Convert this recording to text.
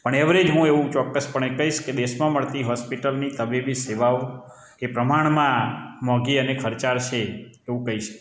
પણ એવરેજ હું એવું ચોકસ પણે કહીશ કે દેશમાં મળતી હોસ્પિટલની તબીબી સેવાઓ કે પ્રમાણમાં મોંઘી અને ખર્ચાળ છે એવું કહી શકાય